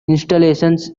installations